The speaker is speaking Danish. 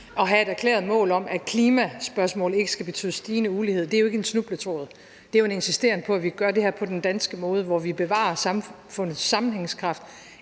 at have et erklæret mål om, at klimaspørgsmål ikke skal betyde stigende ulighed, ikke en snubletråd, men en insisteren på, at vi gør det her på den danske måde, hvor vi bevarer samfundets sammenhængskraft,